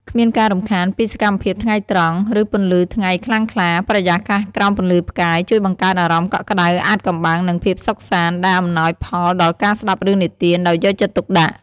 គ្មានការរំខានពីសកម្មភាពថ្ងៃត្រង់ ឬពន្លឺថ្ងៃខ្លាំងក្លា បរិយាកាសក្រោមពន្លឺផ្កាយជួយបង្កើតអារម្មណ៍កក់ក្ដៅ អាថ៌កំបាំង និងភាពសុខសាន្ត ដែលអំណោយផលដល់ការស្ដាប់រឿងនិទានដោយយកចិត្តទុកដាក់ ។